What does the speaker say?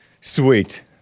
Sweet